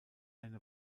eine